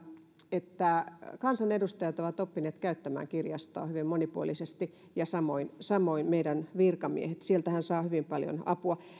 että kansanedustajat ovat oppineet käyttämään kirjastoa hyvin monipuolisesti ja samoin samoin meidän virkamiehet sieltähän saa hyvin paljon apua